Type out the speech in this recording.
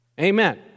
Amen